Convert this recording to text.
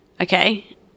okay